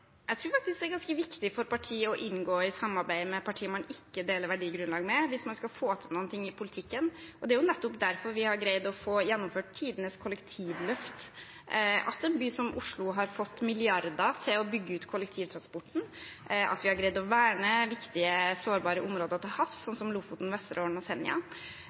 Jeg tror faktisk det er ganske viktig å inngå samarbeid med partier man ikke deler verdigrunnlag med, hvis man skal få til noe i politikken. Det er nettopp derfor vi har greid å gjennomføre tidenes kollektivløft, at en by som Oslo har fått milliarder til å bygge ut kollektivtransporten, og at vi har greid å verne viktige sårbare områder til havs, som Lofoten, Vesterålen og Senja.